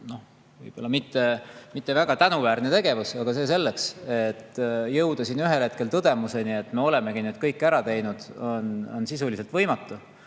võib-olla mitte väga tänuväärne tegevus, aga see selleks. Jõuda siin ühel hetkel tõdemuseni, et me olemegi kõik ära teinud, on sisuliselt võimatu.